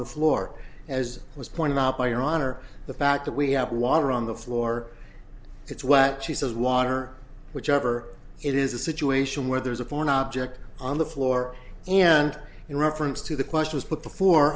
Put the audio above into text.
the floor as was pointed out by your honor the fact that we have water on the floor it's what she says water whichever it is a situation where there's a foreign object on the floor and in reference to the question was put before